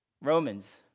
Romans